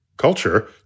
culture